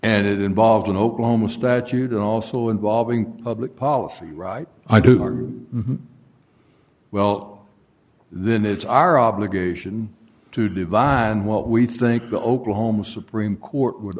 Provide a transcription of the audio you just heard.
and it involved in oklahoma statute also involving public policy right i do well then it's our obligation to divine what we think the oklahoma supreme court would